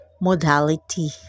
modality